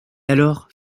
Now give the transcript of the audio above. alors